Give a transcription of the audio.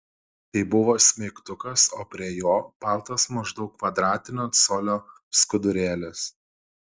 tai buvo smeigtukas o prie jo baltas maždaug kvadratinio colio skudurėlis